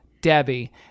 Debbie